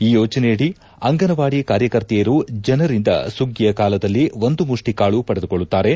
ಈ ಯೋಜನೆಯಡಿ ಅಂಗನವಾದಿ ಕಾರ್ಯಕರ್ತೆಯರು ಜನರಿಂದ ಸುಗ್ಗಿಯ ಕಾಲದಲ್ಲಿ ಒಂದು ಮುಷ್ಲಿ ಕಾಳು ಪಡೆದುಕೊಳ್ಳುತ್ತಾರೆ